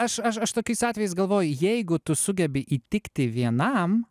aš aš aš tokiais atvejais galvoju jeigu tu sugebi įtikti vienam